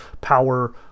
power